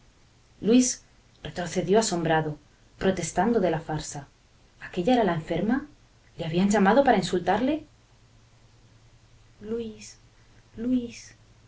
luis retrocedió asombrado protestando de la farsa aquella era la enferma le habían llamado para insultarle luis luis